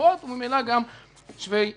חובות וממילא גם שווי זכויות.